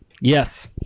Yes